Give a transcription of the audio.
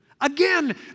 Again